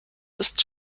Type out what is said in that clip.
ist